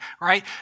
right